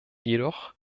jedoch